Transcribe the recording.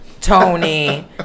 Tony